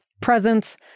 presence